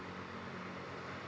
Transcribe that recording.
semua dah